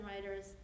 writers